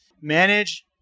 manage